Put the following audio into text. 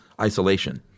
Isolation